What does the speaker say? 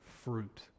fruit